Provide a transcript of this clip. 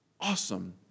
awesome